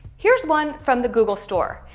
here's one from the google store.